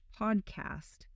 podcast